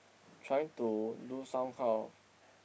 trying to do some kind of